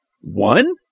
One